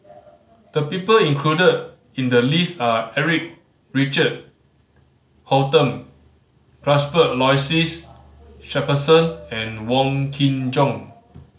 the people included in the list are Eric Richard Holttum Cuthbert Aloysius Shepherdson and Wong Kin Jong